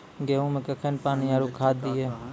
गेहूँ मे कखेन पानी आरु खाद दिये?